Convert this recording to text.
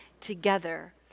together